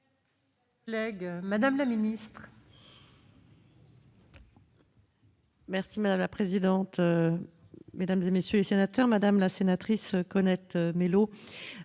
Mme la ministre.